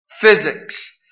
Physics